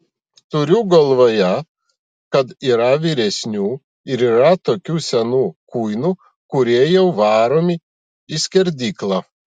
turiu galvoje kad yra vyresnių ir yra tokių senų kuinų kurie jau varomi į skerdyklą